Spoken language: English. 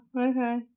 okay